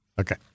Okay